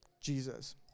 Jesus